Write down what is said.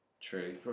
True